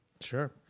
Sure